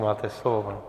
Máte slovo.